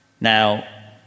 Now